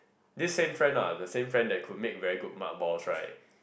this same friend ah the same friend that could make very good mark balls right